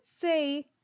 say